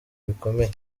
bikomeye